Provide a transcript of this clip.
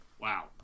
wow